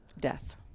death